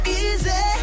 easy